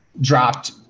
dropped –